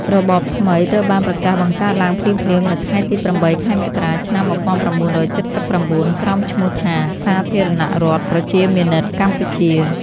របបថ្មីត្រូវបានប្រកាសបង្កើតឡើងភ្លាមៗនៅថ្ងៃទី ៨ ខែមករា ឆ្នាំ ១៩៧៩ ក្រោមឈ្មោះថា "សាធារណរដ្ឋប្រជាមានិតកម្ពុជា"។